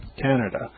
Canada